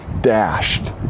dashed